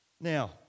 Now